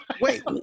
Wait